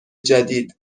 جدید